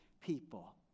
people